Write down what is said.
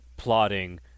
Plotting